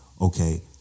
okay